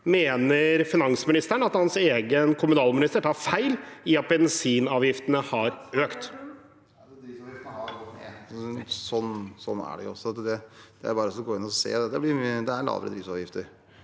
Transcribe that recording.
Mener finansministeren at hans egen kommunalminister tar feil i at bensinavgiftene har økt?